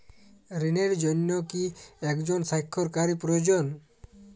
ঋণের জন্য কি একজন স্বাক্ষরকারী প্রয়োজন?